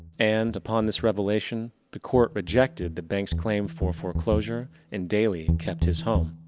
and, upon this revelation the court rejected the bank's claim for foreclosure and daly and kept his home.